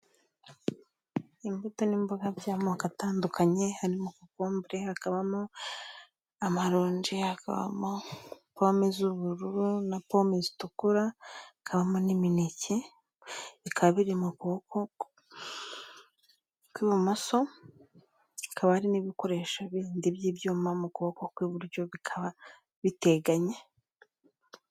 Imbuto n'imboga by'amoko atandukanye harimo kokombure, hakabamo amaronji, hakabamo pome z'ubururu na pome zitukura, hakabamo n'imineke, bikaba biri mu kuboko kw'ibumoso, hakaba hari n'ibikoresho bindi by'ibyuma mu kuboko kw'iburyo bikaba biteganye.